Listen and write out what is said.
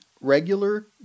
regular